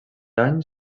any